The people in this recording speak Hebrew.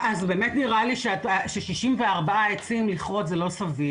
אז באמת נראה לי ש-64 עצים לכרות זה לא סביר